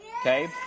okay